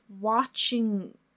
watching